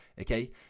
okay